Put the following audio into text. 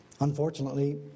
unfortunately